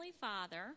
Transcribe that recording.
Father